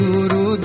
Guru